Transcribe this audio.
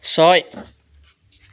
ছয়